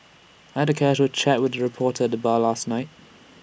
I had A casual chat with A reporter at the bar last night